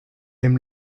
aime